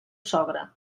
sogre